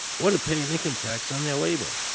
or to pay an income tax on their labour.